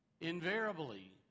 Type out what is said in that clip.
Invariably